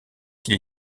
qu’il